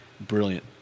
brilliant